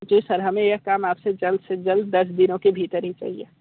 जी sir हमें यह काम आपसे जल्द से जल्द दस दिनों के भीतर ही चाहिए